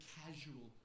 casual